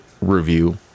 review